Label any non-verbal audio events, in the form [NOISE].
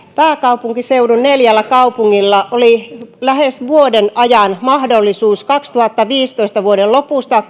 pääkaupunkiseudun neljällä kaupungilla oli lähes vuoden ajan vuoden kaksituhattaviisitoista lopusta [UNINTELLIGIBLE]